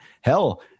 hell